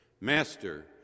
Master